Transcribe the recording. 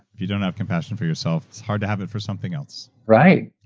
if you don't have compassion for yourself, it's hard to have it for something else. right.